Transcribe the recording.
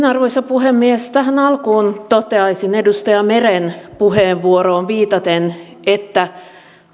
arvoisa puhemies tähän alkuun toteaisin edustaja meren puheenvuoroon viitaten että